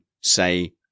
say